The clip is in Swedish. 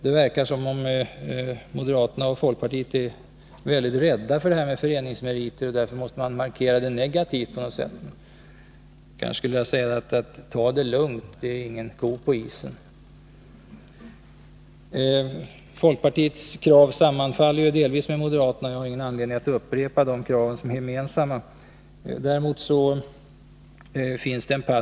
Det verkar som om moderaterna och folkpartisterna är väldigt rädda för det här med föreningsmeriter och att de därför måste markera det på ett negativt sätt. Men ta det lugnt! Det är ingen ko på isen. Folkpartiets krav sammanfaller i vissa delar med moderaternas. Jag har ingen anledning att upprepa de krav som är gemensamma för de båda partierna.